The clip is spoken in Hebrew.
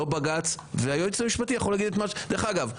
לא בג"ץ והייעוץ המשפטי יכול להגיד -- דרך אגב,